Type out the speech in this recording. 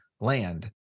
land